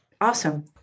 Awesome